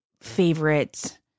favorite